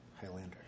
Highlander